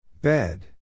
Bed